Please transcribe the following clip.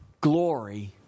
glory